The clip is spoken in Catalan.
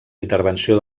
intervenció